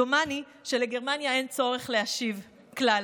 דומני שלגרמניה אין צורך להשיב כלל,